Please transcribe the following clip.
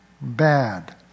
bad